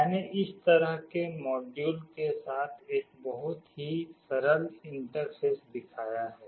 मैंने इस तरह के मॉड्यूल के साथ एक बहुत ही सरल इंटरफ़ेस दिखाया है